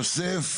יוסף